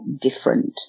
different